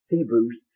Hebrews